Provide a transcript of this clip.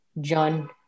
John